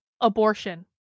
abortion